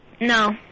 No